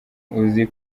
uzi